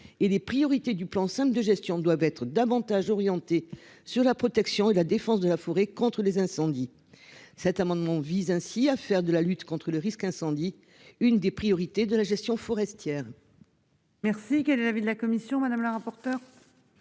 les priorités du plan enceinte de gestion doivent être davantage orientée sur la protection et la défense de la forêt contre les incendies. Cet amendement vise ainsi à faire de la lutte contre le risque incendie, une des priorités de la gestion forestière. Merci que l'avis de la commission, madame la rapporteure.